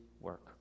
work